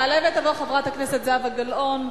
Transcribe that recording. תעלה ותבוא חברת הכנסת זהבה גלאון,